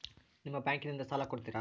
ನಿಮ್ಮ ಬ್ಯಾಂಕಿನಿಂದ ಸಾಲ ಕೊಡ್ತೇರಾ?